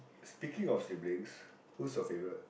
speaking of siblings who's your favourite